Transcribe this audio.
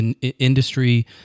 Industry